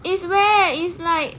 is where is like